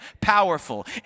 Powerful